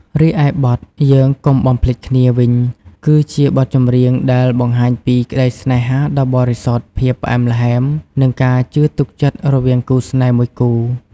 រីឯបទ យើងកុំបំភ្លេចគ្នា វិញ គឺជាបទចម្រៀងដែលបង្ហាញពីក្តីស្នេហាដ៏បរិសុទ្ធ ភាពផ្អែមល្ហែម និងការជឿទុកចិត្តរវាងគូស្នេហ៍មួយគូ។